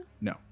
No